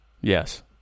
Yes